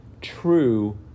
true